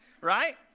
right